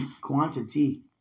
quantity